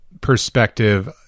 perspective